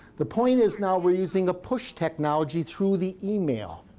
the point is now we're using a push technology through the email.